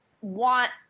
want